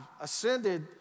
ascended